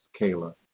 Kayla